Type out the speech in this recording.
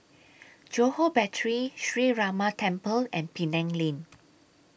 Johore Battery Sree Ramar Temple and Penang Lane